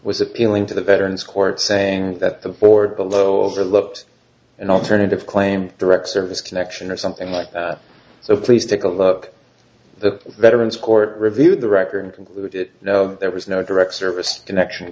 was appealing to the veterans court saying that the board below overlooked and alternative claimed direct service connection or something like that so please take a look the veterans court reviewed the record concluded there was no direct service connection